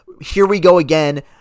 here-we-go-again